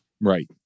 right